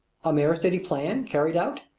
a mere city plan, carried out,